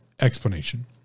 explanation